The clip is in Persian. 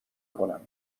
کنم